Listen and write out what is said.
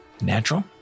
Natural